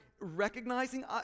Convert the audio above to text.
recognizing